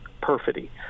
perfidy